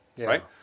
right